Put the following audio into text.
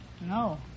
No